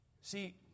See